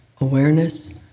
awareness